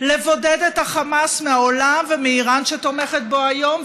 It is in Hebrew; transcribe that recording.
לבודד את החמאס מהעולם ומאיראן שתומכת בו היום,